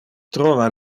trova